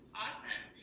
awesome